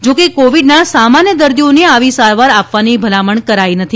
જો કે કોવિડના સામાન્ય દર્દીઓને આવી સારવાર આપવાની ભલામણ કરાઈ નથી